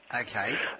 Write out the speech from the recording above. Okay